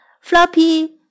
Floppy